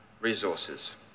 resources